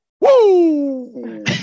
woo